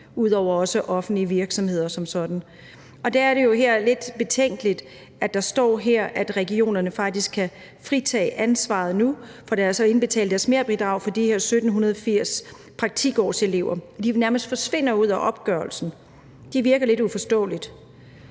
ud over også offentlige virksomheder som sådan. Der er det jo lidt betænkeligt, at der her står, at regionerne nu faktisk kan fritages for ansvaret for så at indbetale deres merbidrag for de her 1.780 praktikårselever. De nærmest forsvinder ud af opgørelsen. Det virker lidt uforståeligt.